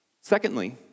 Secondly